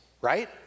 right